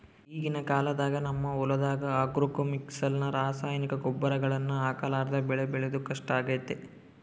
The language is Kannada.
ಈಗಿನ ಕಾಲದಾಗ ನಮ್ಮ ಹೊಲದಗ ಆಗ್ರೋಕೆಮಿಕಲ್ಸ್ ನ ರಾಸಾಯನಿಕ ಗೊಬ್ಬರಗಳನ್ನ ಹಾಕರ್ಲಾದೆ ಬೆಳೆ ಬೆಳೆದು ಕಷ್ಟಾಗೆತೆ